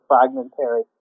fragmentary